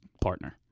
partner